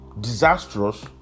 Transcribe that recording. disastrous